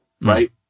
right